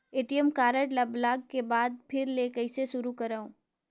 ATM card ल block के बाद फिर ले कइसे शुरू करव?